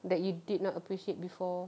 that you did not appreciate before